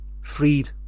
freed